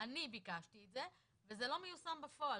אני ביקשתי את זה, וזה לא מיושם בפועל.